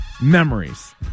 memories